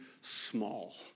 small